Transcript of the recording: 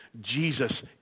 Jesus